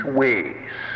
ways